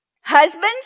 Husbands